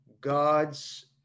God's